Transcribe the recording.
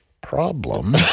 problem